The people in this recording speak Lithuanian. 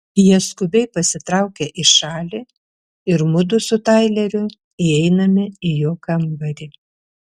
jie skubiai pasitraukia į šalį ir mudu su taileriu įeiname į jo kambarį